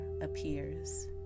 appears